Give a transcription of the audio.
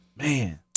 Man